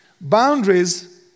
Boundaries